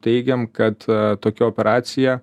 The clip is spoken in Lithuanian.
teigiam kad tokia operacija